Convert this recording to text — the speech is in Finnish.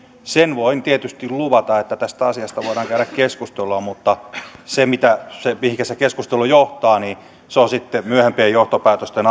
sen voin tietysti luvata että tästä asiasta voidaan käydä keskustelua mutta se mihinkä se keskustelu johtaa on sitten myöhempien johtopäätösten